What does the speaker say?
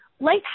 Life